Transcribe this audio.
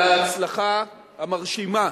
על ההצלחה המרשימה